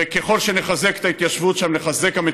וככל שנחזק את ההתיישבות שם נחזק גם את